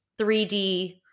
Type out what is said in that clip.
3D